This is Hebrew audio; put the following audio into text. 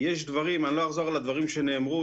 אני לא אחזור על הדברים שנאמרו,